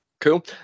Cool